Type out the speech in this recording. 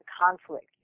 conflict